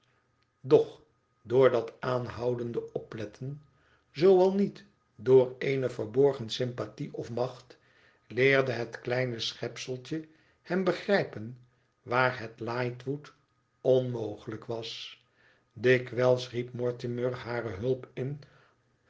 doch door dat aanhoudende opletten zoo al niet door eene verborgen sympathie of macht leerde het kleine schepseltje hem begrijpen waar het lightwood onmogelijk was dikwijls riep mortimer hare hulp in